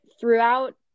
throughout